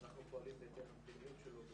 אנחנו פועלים בהתאם למדיניות שלו.